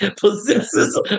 possesses